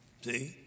See